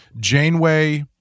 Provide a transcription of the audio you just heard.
Janeway